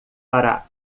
para